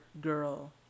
girl